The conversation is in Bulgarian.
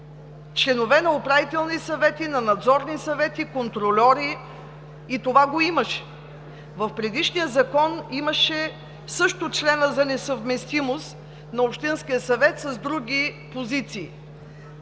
„членове на управителни съвети, на надзорни съвети, контрольори“. В предишния закон имаше също член за несъвместимост на общинския съветник с други позиции.